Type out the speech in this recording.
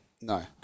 No